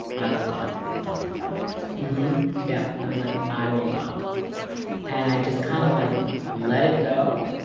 i will go you're talking to god at this point yeah. i was like, i will go and i just kind of, like, let it go.